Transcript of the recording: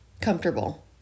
comfortable